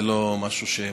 זה לא משהו שיימשך.